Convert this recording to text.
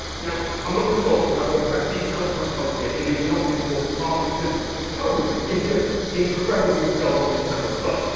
now, i'm not going to talk about the exact details of my code here, it is not the important part, because code is just incredibly dull on camera. but,